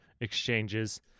exchanges